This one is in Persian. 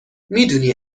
میدونی